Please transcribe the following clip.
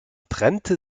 trennte